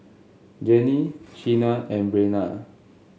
Jenni Sheena and Breanna